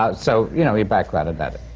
ah so you know, your background but